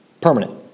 Permanent